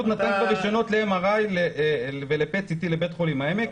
נתן את הרישיונות ל-MRI ול-Pet CT לבית חולים העמק.